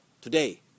today